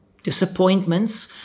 disappointments